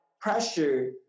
pressure